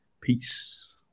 peace